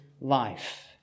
life